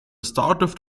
start